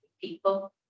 people